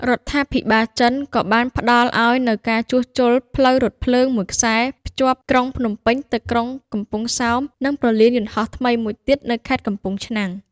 រដ្ឋាភិបាលចិន ក៏បានផ្តល់ឱ្យនូវការជួសជុលផ្លូវរថភ្លើងមួយខ្សែភ្ជាប់ក្រុងភ្នំពេញទៅក្រុងកំពង់សោម និងព្រលានយន្តហោះថ្មីមួយទៀតនៅខេត្តកំពង់ឆ្នាំង។